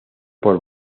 por